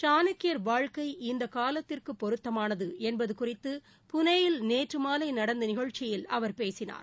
சாணக்கியர் வாழ்க்கை இந்த காலத்திற்கு பொருத்தமானது என்பது குறித்து புனேயில் நேற்று மாலை நடந்த நிகழ்ச்சியில் அவர் பேசினார்